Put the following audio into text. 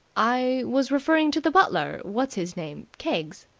i was referring to the butler what's his name keggs.